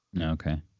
Okay